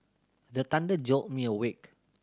the thunder jolt me awake